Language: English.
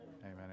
amen